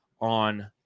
on